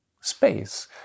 space